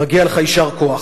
מגיע לך יישר כוח.